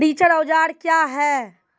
रिचर औजार क्या हैं?